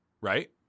Right